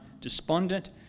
despondent